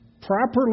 properly